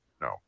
no